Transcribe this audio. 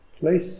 place